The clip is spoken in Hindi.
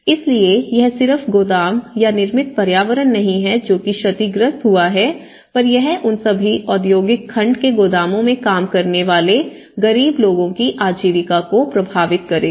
इसलिए यह सिर्फ गोदाम या निर्मित पर्यावरण नहीं है जो कि क्षतिग्रस्त हुआ है पर यह उन सभी औद्योगिक खंड के गोदामों में काम करने वाले गरीब लोगों की आजीविका को प्रभावित करेगा